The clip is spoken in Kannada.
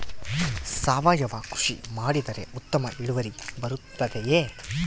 ಸಾವಯುವ ಕೃಷಿ ಮಾಡಿದರೆ ಉತ್ತಮ ಇಳುವರಿ ಬರುತ್ತದೆಯೇ?